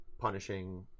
punishing